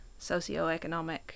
socioeconomic